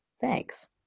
thanks